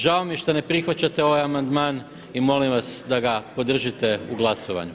Žao mi je što ne prihvaćate ovaj amandman i molim vas da ga podržite u glasovanju.